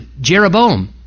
Jeroboam